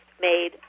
made